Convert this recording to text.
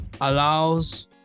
allows